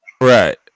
Right